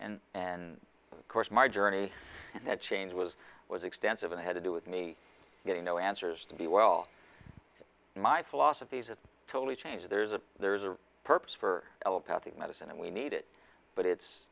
and and of course my journey that change was was extensive and had to do with me getting no answers to be well in my philosophies it's totally changed there's a there's a purpose for l a path of medicine and we need it but it's